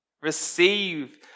Receive